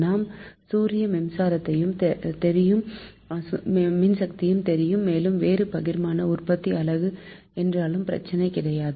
நமக்கு சூரிய மின்சக்தியும் தெரியும் மேலும் வேறு பகிர்மான உற்பத்தி அலகு என்றாலும் பிரச்சனை கிடையாது